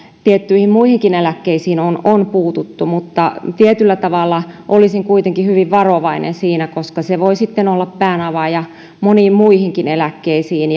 tiettyihin muihinkin eläkkeisiin on on puututtu mutta tietyllä tavalla olisin kuitenkin hyvin varovainen siinä koska se voi sitten olla päänavaaja moniin muihinkin eläkkeisiin